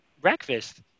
breakfast